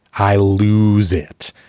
i lose it.